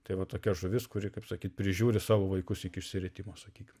tai va tokia žuvis kuri kaip sakyt prižiūri savo vaikus iki išsiritimo sakykim